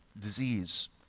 disease